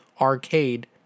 Arcade